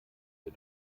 wir